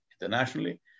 internationally